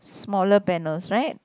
smaller panels right